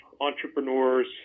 entrepreneurs